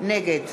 נגד